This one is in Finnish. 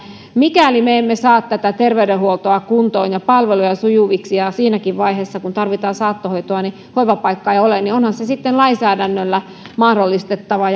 mikäli me emme saa terveydenhuoltoa kuntoon ja palveluja sujuviksi ja ja siinäkään vaiheessa kun tarvitaan saattohoitoa hoivapaikkaa ei ole niin onhan se sitten lainsäädännöllä mahdollistettava